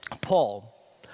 Paul